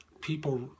people